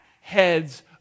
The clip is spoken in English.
heads